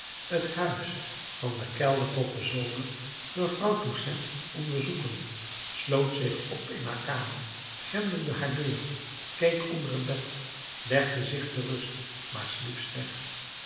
het huis van den kelder tot den zolder door vrouw toussaint onderzoeken sloot zich op in haar kamer grendelde haar deur keek onder het bed legde zich ter rust maar sliep slecht